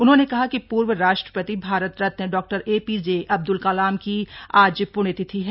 उन्होंने कहा कि पूर्व राष्ट्रपति भारत रत्न डॉ एपीजे अब्द्रल कलाम की आज प्ण्य तिथि है